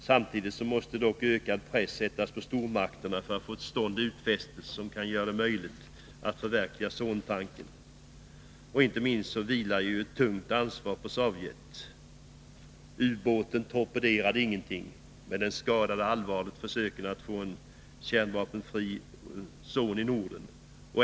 Samtidigt måste dock ökad press sättas på stormakterna att få till stånd utfästelser som kan göra det möjligt att förverkliga zontanken. Inte minst vilar det ett tungt ansvar på Sovjet. Ubåten torpederade ingenting men skadade allvarligt försöken att få en kärnvapenfri zon i Norden.